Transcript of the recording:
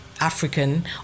African